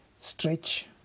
stretch